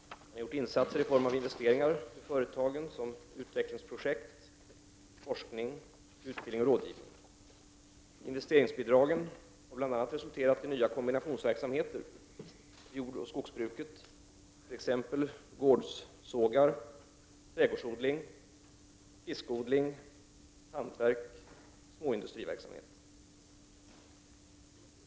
Insatser har gjorts i form av investeringar vid företagen, utvecklingsprojekt, forskning samt utbildning och rådgivning. Investeringsbidragen har bl.a. resulterat i nya kombinationsverksamheter till jordoch skogsbruket, t.ex. gårdssågar, trädgårdsodling, fiskodling samt hantverk och småindustriverksamhet.